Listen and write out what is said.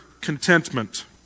contentment